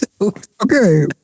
Okay